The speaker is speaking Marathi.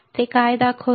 ते काय दाखवते